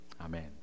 Amen